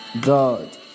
God